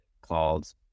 called